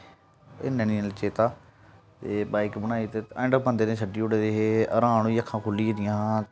इ'न्ना नेईं इसलै चेता ते बाइक बनाई ते हैंडल बंदे ने छड्डी ओड़ेआ ते रहान होइयै अक्खां खु'ल्ली गेदियां हियां